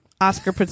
Oscar